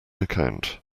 account